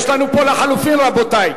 יש לנו פה לחלופין, רבותי.